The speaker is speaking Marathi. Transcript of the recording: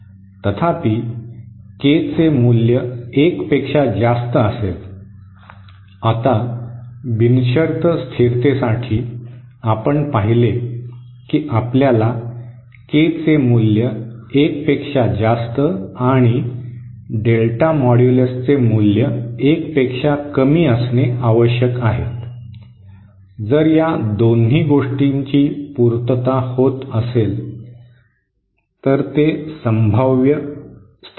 तथापि के चे मूल्य एक पेक्षा जास्त असेल आता बिनशर्त स्थिरतेसाठी आपण पाहिले की आपल्याला के चे मूल्य एक पेक्षा जास्त आणि डेल्टा मॉड्यूलस चे मूल्य एक पेक्षा कमी असणे आवश्यक आहेत